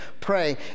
pray